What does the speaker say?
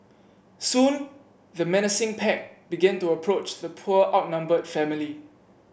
soon the menacing pack began to approach the poor outnumbered family